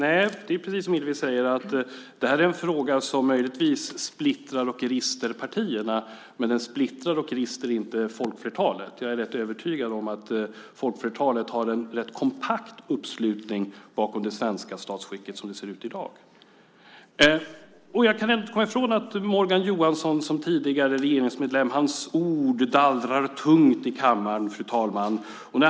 Fru talman! Precis som Hillevi säger är det här en fråga som möjligtvis splittrar och rister partierna, men den splittrar och rister inte folkflertalet. Jag är ganska övertygad om att det finns en rätt kompakt uppslutning bakom det svenska statsskicket såsom det ser ut i dag. Jag kan inte komma ifrån att Morgan Johanssons ord - han var ju tidigare regeringsmedlem - dallrar tungt i kammaren, fru talman.